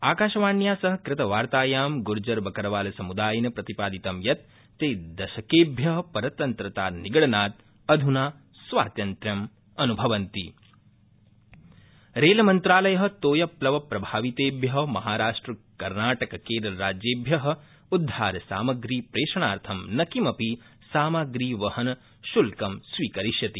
आकाशवाण्या सह कृतवार्तायां ग्र्जर बकरवाल समुदायेन प्रतिपादितं यत् ते दशकेभ्य परतन्त्रता निगडनाद् अध्ना स्वातन्त्रयम् अनुभवन्ता तोयप्लव भारतीयरेलवे रेलमन्त्रालय तोयप्लवप्रभावितेभ्य महाराष्ट्र कर्नाटक केरल राज्येभ्य उद्घारसामग्री प्रेषणार्थं न किमपि सामप्रीवहनशुल्कं स्वीकरिष्यति